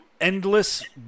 endless